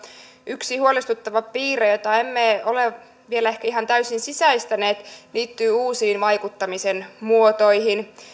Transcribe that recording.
yksi huolestuttava piirre jota emme ole vielä ehkä ihan täysin sisäistäneet liittyy uusiin vaikuttamisen muotoihin